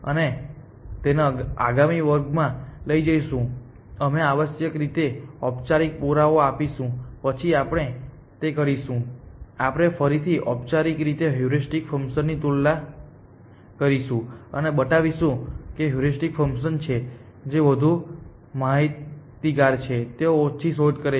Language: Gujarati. અમે તેને આગામી વર્ગમાં લઈ જઈશું અમે આવશ્યકરીતે ઔપચારિક પુરાવો આપીશું પછી આપણે તે કરીશું કે આપણે ફરીથી ઔપચારિક રીતે હ્યુરિસ્ટિક ફંકશન ની તુલના કરીશું અને બતાવીશું કે હ્યુરિસ્ટિક ફંકશન છે જે વધુ માહિતગાર છે કે તેઓ ઓછી શોધ કરે છે